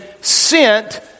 sent